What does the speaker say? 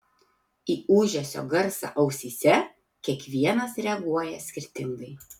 į ūžesio garsą ausyse kiekvienas reaguoja skirtingai